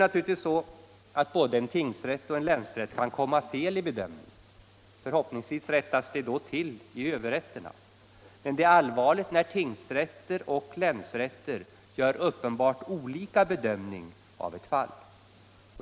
Naturligtvis kan t.ex. både en tingsrätt och en länsrätt komma fel i bedömningen — förhoppningsvis rättas det då till i överrätterna — men det är allvarligt när tingsrätter och länsrätter gör uppenbart olika bedömning av ett fall.